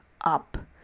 up